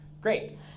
Great